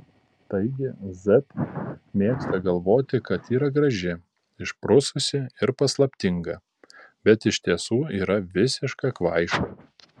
taigi z mėgsta galvoti kad yra graži išprususi ir paslaptinga bet iš tiesų yra visiška kvaiša